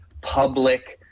public